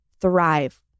thrive